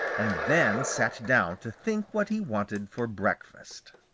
and then sat down to think what he wanted for breakfast.